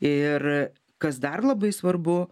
ir kas dar labai svarbu